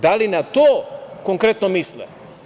Da li na to konkretno misle?